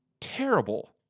terrible